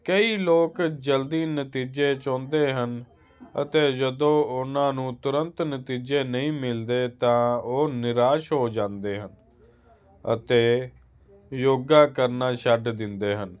ਕਈ ਲੋਕ ਜਲਦੀ ਨਤੀਜੇ ਚਾਹੁੰਦੇ ਹਨ ਅਤੇ ਜਦੋਂ ਉਹਨਾਂ ਨੂੰ ਤੁਰੰਤ ਨਤੀਜੇ ਨਹੀਂ ਮਿਲਦੇ ਤਾਂ ਉਹ ਨਿਰਾਸ਼ ਹੋ ਜਾਂਦੇ ਹਨ ਅਤੇ ਯੋਗਾ ਕਰਨਾ ਛੱਡ ਦਿੰਦੇ ਹਨ